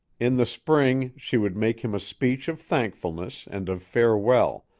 in the spring she would make him a speech of thankfulness and of farewell,